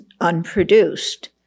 unproduced